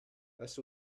lass